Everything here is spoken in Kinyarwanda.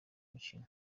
mukino